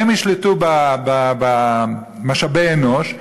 הם ישלטו במשאבי אנוש.